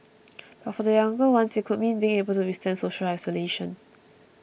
but for the younger ones it could mean being able to withstand social isolation